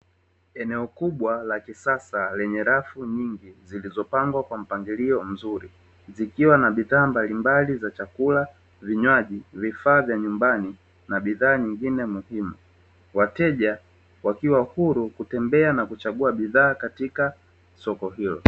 Eneo kubwa la kisasa lenye rafu nyingi zilizopangwa kwa mpangilio mzuri zikiwa na bidhaa mbalimbali za chakula, vinywaji, vifaa vya nyumbani na bidhaa nyingine muhimu; wateja wakiwa huru kutembea na kuchagua bidhaa katika soko hilo.